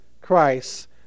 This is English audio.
Christ